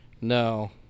No